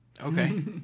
Okay